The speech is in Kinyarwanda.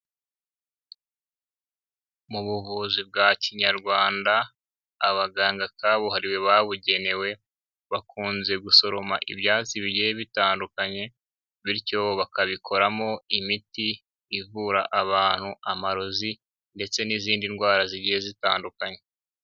Mu buvuzi bwa kinyarwanda, abaganga kabuhariwe babugenewe, bakunze gusoroma ibyatsi bigiye bitandukanye bityo bakabikoramo imiti ivura abantu amarozi ndetse n'izindi ndwara zigiye zitandukanye.